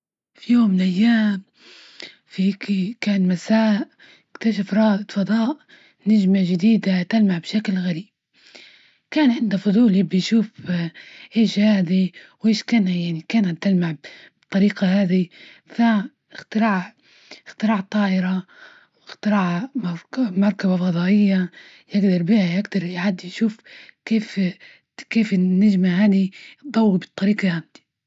في يوم من الأيام، فهيكي كان مساء، اكتشف رائد فضاء نجمة جديدة تلمع بشكل غريب، كان عنده فضول يبي يشوف وإيش هادي وإيش كان، يعني كانت تلمع بالطريقة هاذي فيها اختراع، اختراع طائرة، اختراع مركبة قضائية يجدر بيها، يجدر يعدى يشوف كيف- كيف النجمة هاذى تضوى بالطريجة هاذى.